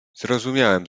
zrozumiałem